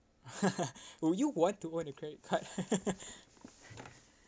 will you want to own a credit card